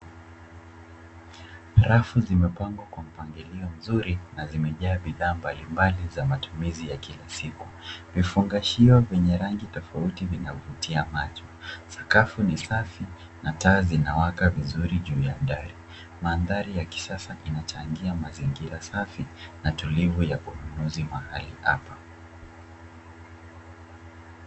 Rafu zimepangwa kwa mpangilio mzuri na zimejaa bidhaa mbalimbali za matumizi ya kila siku. Vifungashio vyenye rangi tofauti vinavutia macho. Sakafu ni safi na taa zinawaka vizuri juu ya dari. Mandhari ya kisasa inachangia mazingira safi na tulivu ya ununuzi mahali hapa.